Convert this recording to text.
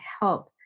help